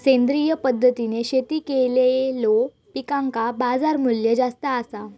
सेंद्रिय पद्धतीने शेती केलेलो पिकांका बाजारमूल्य जास्त आसा